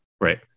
right